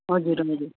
हजुर